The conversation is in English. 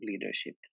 leadership